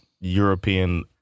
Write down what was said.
European